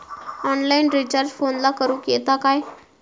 Online recharge फोनला करूक येता काय?